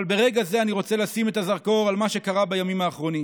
אבל ברגע זה אני רוצה לשים את הזרקור על מה שקרה בימים האחרונים